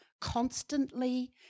constantly